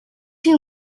too